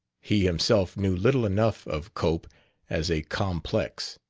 he himself knew little enough of cope as a complex.